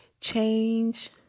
change